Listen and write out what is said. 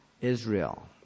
Israel